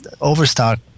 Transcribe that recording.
Overstock